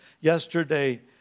yesterday